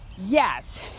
Yes